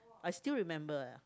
I still remember ya